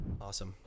awesome